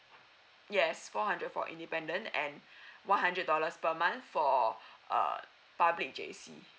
yes four hundred for independent and one hundred dollars per month for uh public J_C